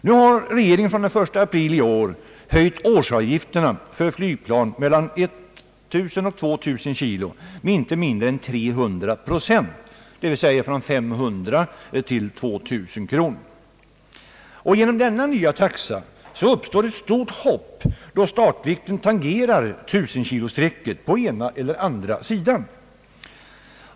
Nu har regeringen från den 1 april i år höjt årsavgifterna för flygplan mellan 1000 kg och 2000 kg med inte mindre än 300 procent, d.v.s. från 500 kronor till 2000. Genom denna nya taxa uppstår ett stort hopp, då startvikten tangerar 1 000-kilosstrecket från ena eller andra sidan.